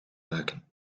maken